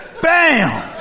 Bam